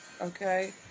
Okay